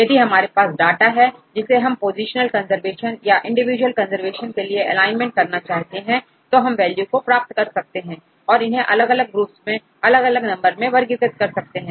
यदि हमारे पास डाटा है जिसे हम पोजीशनल कंजर्वेशन या इंडिविजुअल कंजर्वेशन के लिए एलाइनमेंट करना चाहते हैं तो हम वैल्यू को प्राप्त कर सकते हैं और इन्हें अलग अलग ग्रुप्स में अलग अलग नंबर मैं वर्गीकृत कर सकते हैं